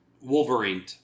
Wolverine